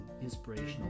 inspirational